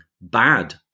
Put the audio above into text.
bad